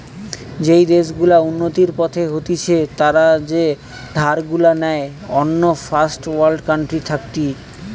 যেই দেশ গুলা উন্নতির পথে হতিছে তারা যে ধার গুলা নেই অন্য ফার্স্ট ওয়ার্ল্ড কান্ট্রি থাকতি